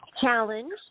challenge